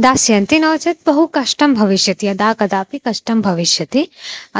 दास्यन्ति नो चेत् बहु कष्टं भविष्यति यदा कदापि कष्टं भविष्यति